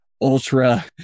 ultra